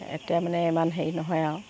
এতিয়া মানে ইমান হেৰি নহয় আৰু